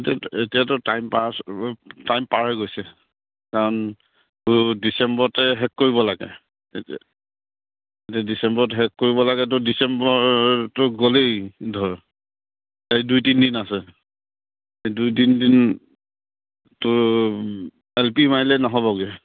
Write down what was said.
এতি এতিয়াতো time pass time পাৰ হৈ গৈছে কাৰণ তোৰ ডিচেম্বৰতে শেষ কৰিব লাগেতি এতিয়া এতিয়া ডিচেম্বৰত শেষ কৰিব লাগে তোৰ ডিচেম্বৰটো গ'লেই ধৰ এই দুই তিনদিন আছে দুই তিনদিন তোৰ এল পি মাৰিলে নহ'বগে